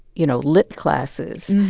you know, lit classes.